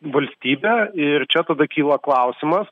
valstybę ir čia tada kyla klausimas